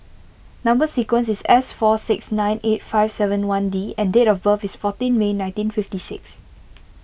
Number Sequence is S four six nine eight five seven one D and date of birth is fourteen May nineteen fifty six